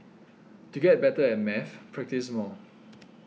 to get better at maths practise more